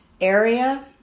area